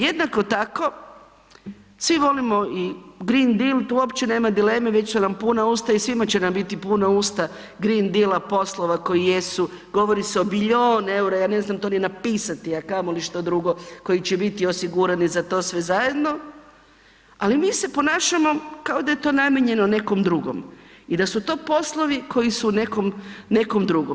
Jednako tako svi volimo i Green Deal tu uopće nema dileme, već su nam puna usta i svima će nam biti puna usta Green Deala, poslova koji jesu govori se o bilion EUR-a ja ne znam to ni napisati, a kamoli što drugo koji će biti osigurani za to sve zajedno, ali mi se ponašamo kao da je to namijenjeno nekom drugom i da su to poslovi koji su nekom drugom.